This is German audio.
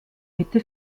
mitte